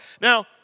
Now